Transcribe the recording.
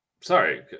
Sorry